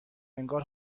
انگار